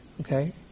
Okay